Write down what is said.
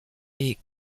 est